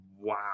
wow